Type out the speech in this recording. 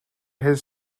his